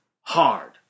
hard